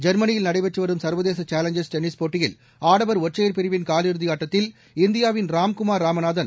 ஜெர்மனியில் நடைபெற்றுவரும் சர்வதேசசேலஞ்சர்ஸ் டென்னிஸ் போட்டியில் ஆடவர் ஒற்றையர் பிரிவின் காலிறுதிஆட்டத்தில் இந்தியாவின் ராம்குமார் ராமநாதன்